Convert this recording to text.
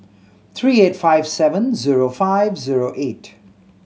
three eight five seven zero five zero eight